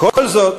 כל זאת,